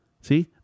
See